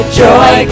joy